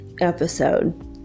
episode